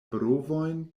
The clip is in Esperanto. brovojn